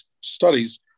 studies